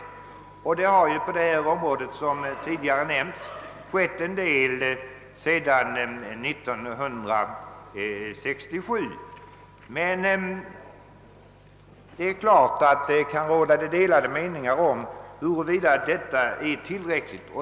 Som tidigare har nämnts har det också skett en hel del på detta område sedan 1967, men det kan naturligtvis råda delade meningar om huruvida detta är tillräckligt.